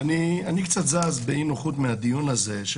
אני קצת זז באי נוחות מהדיון הזה,